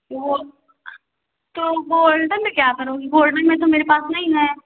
वो तो गोल्डन में क्या करोगी गोल्डन में तो मेरे पास नहीं है